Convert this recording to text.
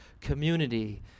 community